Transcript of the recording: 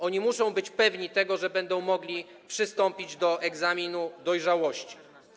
Oni muszą być pewni tego, że będą mogli przystąpić do egzaminu dojrzałości.